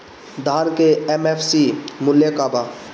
धान के एम.एफ.सी मूल्य का बा?